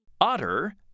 Otter